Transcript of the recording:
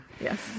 Yes